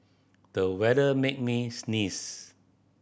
the weather made me sneeze